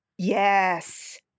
Yes